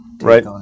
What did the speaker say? Right